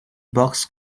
bugs